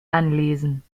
anlesen